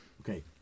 okay